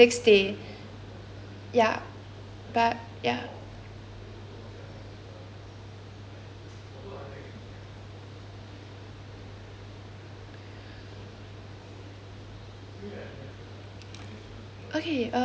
ya but ya okay uh